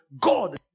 God